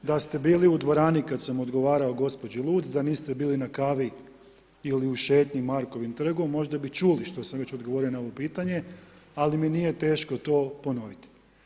Da ste bili u dvorani kada sam odgovarao gospođi Luc, da niste bili na kavi ili u šetnji Markovim trgom, možda bi čuli što sam već odgovorio na ovo pitanje, ali mi nije teško ponoviti.